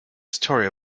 story